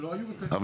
אבל,